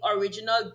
original